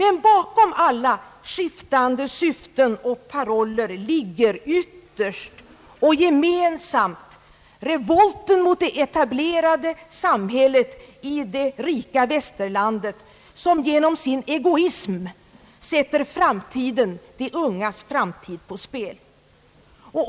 Men bakom alla skiftande syften och paroller ligger ytterst och gemensamt revolten mot det etablerade samhället i det rika västerlandet som genom sin egoism sätter framtiden — de ungas framtid — på spel.